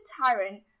tyrant